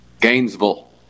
Gainesville